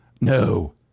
No